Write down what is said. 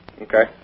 Okay